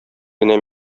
генә